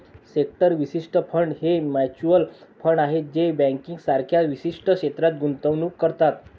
sector विशिष्ट fund हे mutual fund आहेत जे बँकिंग सारख्या विशिष्ट क्षेत्रात गुंतवणूक करतात